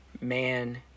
man